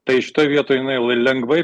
tai šitoj vietoj jinai len lengvai